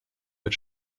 mit